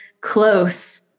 close